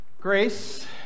Grace